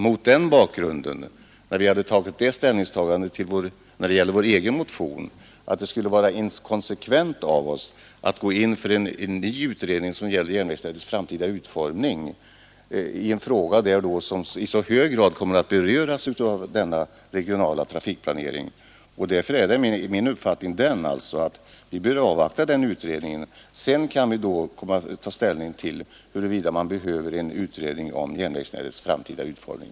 Mot bakgrunden därav tycker jag att det skulle vara inkonsekvent av oss att nu gå in för en ny utredning som gäller järnvägsnätets framtida utformning, en fråga som ju i så hög grad kommer att beröras av denna regionaltrafikplanering. Därför är min uppfattning den att vi bör avvakta resultatet av den utredningen innan vi tar ställning till huruvida man verkligen behöver en utredning om järnvägsnätets framtida utformning.